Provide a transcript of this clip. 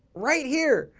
right here,